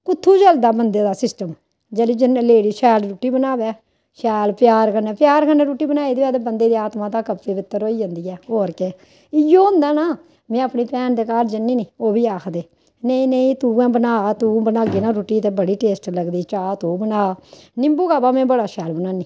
कु'त्थूं चलदा बंदे दा सिस्टम जेह्ड़ी जन लेडी शैल रुट्टी बनावै शैल प्यार कन्नै क पवित्र होई जंदी ऐ होर केह् इ'यो होंदा ऐ ना में अपनी भैन दे घर जन्नीं नी ओह् बी आखदे नेईं नेईं तूं गै बनाऽ तूं बनागी ना रुट्टी ते बड़ी टेस्ट लगदी चाह् तूं बनाऽ नीम्बू काह्वा में बड़ा शैल बनान्नीं